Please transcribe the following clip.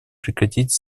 прекратить